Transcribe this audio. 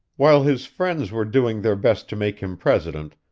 while his friends were doing their best to make him president,